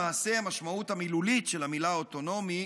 למעשה המשמעות המילולית של המילה אוטונומי